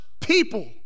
people